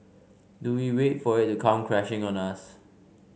do we wait for it to come crashing on us